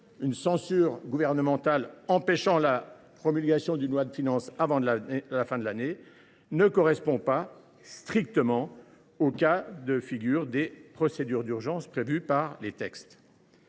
une censure gouvernementale empêchant la promulgation d’une loi de finances avant la fin de l’année, ne correspond pas strictement aux procédures d’urgence prévues dans ces textes.